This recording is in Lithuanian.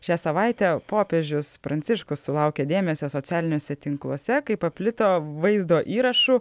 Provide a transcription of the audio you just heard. šią savaitę popiežius pranciškus sulaukė dėmesio socialiniuose tinkluose kai paplito vaizdo įrašų